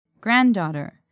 Granddaughter